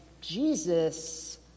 jesus